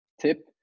tip